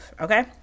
okay